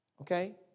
Okay